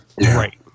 right